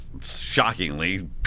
Shockingly